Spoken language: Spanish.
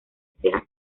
sea